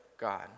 God